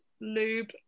lube